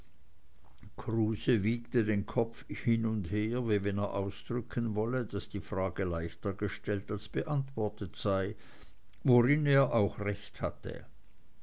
kruse wiegte den kopf hin und her wie wenn er ausdrücken wollte daß die frage leichter gestellt als beantwortet sei worin er auch recht hatte